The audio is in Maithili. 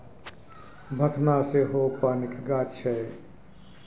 भखना सेहो पानिक गाछ छै